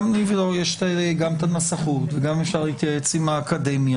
יש גם את הנסחות וגם אפשר להתייעץ עם האקדמיה.